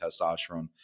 testosterone